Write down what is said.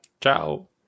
Ciao